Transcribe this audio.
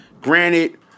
granted